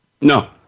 No